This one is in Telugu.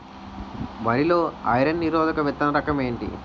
వరి లో ఐరన్ నిరోధక విత్తన రకం ఏంటి?